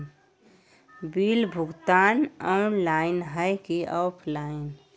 Bill भुगतान online है की ऑफलाइन?